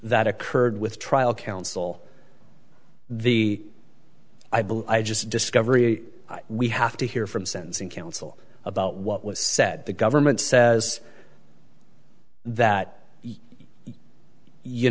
that occurred with trial counsel the i believe i just discovery we have to hear from sentencing counsel about what was said the government says that you